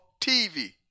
TV